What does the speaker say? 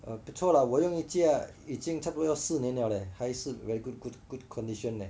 哦不错啦我用一架已经差不多要四年了咧还是 very good good good condition leh